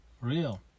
real